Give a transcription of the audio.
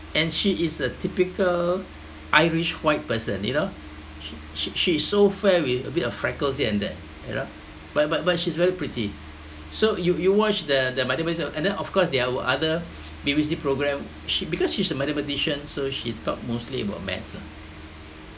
and she is a typical irish white person you know she she she is so fair with a bit of freckles here and there you know but but but she's very pretty so you you watch the the mathematics of love and then of course there are other B_B_C programme she because she's a mathematician so she talked mostly about maths lah